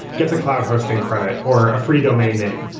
gets a cloud hosting credit, or a free domain name.